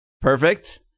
Perfect